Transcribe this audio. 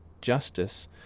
justice